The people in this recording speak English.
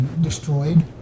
destroyed